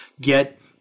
get